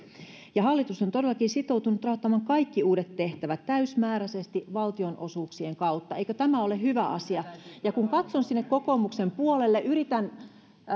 hallitus on todellakin sitoutunut rahoittamaan kaikki uudet tehtävät täysimääräisesti valtionosuuksien kautta eikö tämä ole hyvä asia kun katson sinne kokoomuksen puolelle yritän